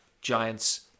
Giants